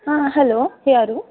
ಹಾಂ ಹಲೋ ಯಾರು